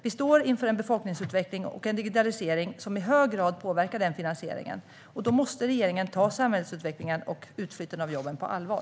Vi står inför en befolkningsutveckling och en digitalisering som i hög grad påverkar denna finansiering. Då måste regeringen ta samhällsutvecklingen och utflyttningen av jobb på allvar.